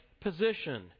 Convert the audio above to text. position